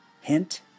hint